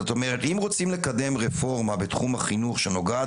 אם רוצים לקדם רפורמה בתחום החינוך שנוגעת